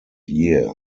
year